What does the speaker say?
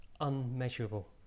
unmeasurable